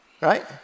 Right